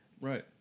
right